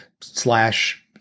slash